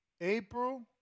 April